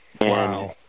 Wow